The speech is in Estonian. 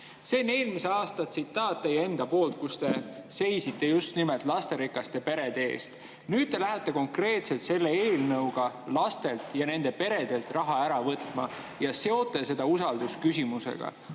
See on eelmise aasta tsitaat teilt endalt, kus te seisite just nimelt lasterikaste perede eest. Nüüd te lähete konkreetselt selle eelnõuga lastelt ja nende peredelt raha ära võtma ja seote seda usaldusküsimusega.